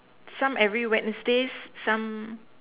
some every Wednesdays some